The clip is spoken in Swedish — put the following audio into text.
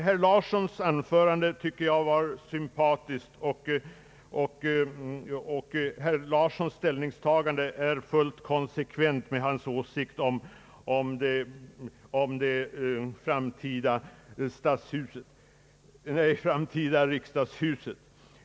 Herr Larssons anförande tycker jag var sympatiskt, och herr Larssons ställningstagande är fullt konsekvent med hans åsikt om det framtida riksdagshuset.